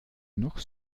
noch